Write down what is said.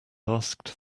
asked